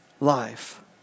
life